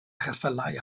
cheffylau